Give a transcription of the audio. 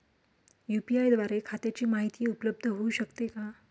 UPI द्वारे खात्याची माहिती उपलब्ध होऊ शकते का?